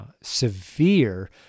severe